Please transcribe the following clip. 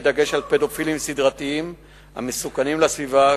בדגש על פדופילים סדרתיים המסוכנים לסביבה.